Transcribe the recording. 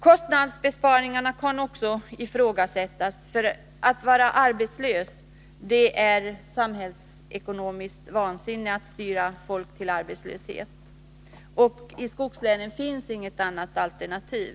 Kostnadsbesparingarna kan också ifrågasättas. Det är samhällsekonomiskt vansinne att styra folk till arbetslöshet, och i skogslänen finns inget annat alternativ.